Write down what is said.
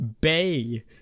Bay